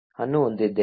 ಅನ್ನು ಹೊಂದಿದ್ದೇವೆ